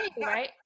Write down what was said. right